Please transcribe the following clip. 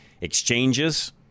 exchanges